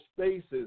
spaces